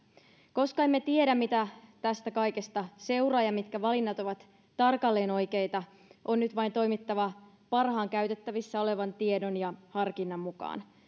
koska emme tiedä mitä tästä kaikesta seuraa ja mitkä valinnat ovat tarkalleen oikeita on nyt vain toimittava parhaan käytettävissä olevan tiedon ja harkinnan mukaan